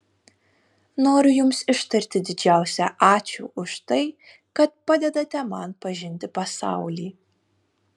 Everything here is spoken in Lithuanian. noriu jums ištarti didžiausią ačiū už tai kad padedate man pažinti pasaulį